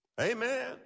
Amen